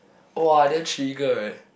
!wah! damn trigger eh